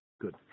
Good